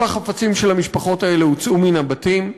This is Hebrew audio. כל החפצים של המשפחות האלה הוצאו מן הבתים,